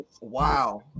wow